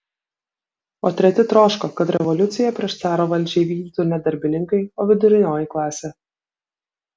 o treti troško kad revoliuciją prieš caro valdžią įvykdytų ne darbininkai o vidurinioji klasė